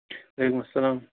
وَعلیکُم اسلام